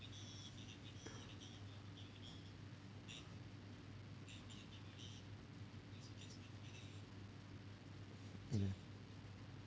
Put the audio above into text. mm